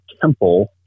temple